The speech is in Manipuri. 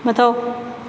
ꯃꯊꯧ